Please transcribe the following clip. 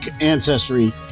ancestry